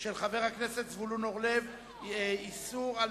של חבר הכנסת זבולון אורלב: איסור על